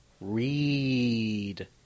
Read